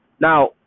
now